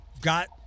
got